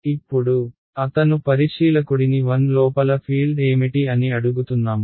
ఇప్పుడు అతను పరిశీలకుడిని 1 లోపల ఫీల్డ్ ఏమిటి అని అడుగుతున్నాము